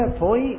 poi